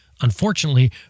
Unfortunately